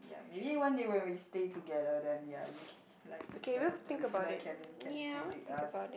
ya maybe one day when we stay together then ya you c~ like the listener can can visit us